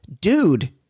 Dude